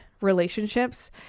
relationships